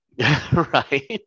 right